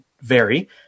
vary